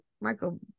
Michael